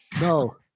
No